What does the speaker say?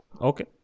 Okay